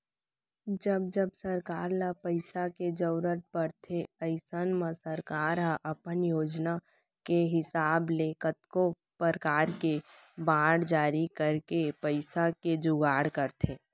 जब जब सरकार ल पइसा के जरूरत परथे अइसन म सरकार ह अपन योजना के हिसाब ले कतको परकार के बांड जारी करके पइसा के जुगाड़ करथे